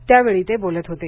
त्यावेळी ते बोलत होते